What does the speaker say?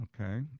okay